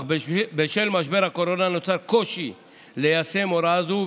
אך בשל משבר הקורונה נוצר קושי ליישם הוראה זו,